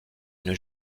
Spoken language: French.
une